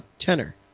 tenor